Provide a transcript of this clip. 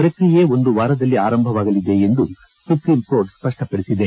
ಪ್ರಕ್ರಿಯೆ ಒಂದು ವಾರದಲ್ಲಿ ಆರಂಭವಾಗಲಿದೆ ಎಂದು ಸುಪ್ರೀಂಕೋರ್ಟ್ ಸ್ಪಷ್ಟಪಡಿಸಿದೆ